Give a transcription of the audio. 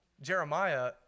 Jeremiah